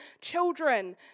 children